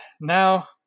now